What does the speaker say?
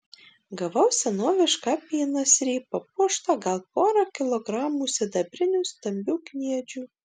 gavau senovišką apynasrį papuoštą gal pora kilogramų sidabrinių stambių kniedžių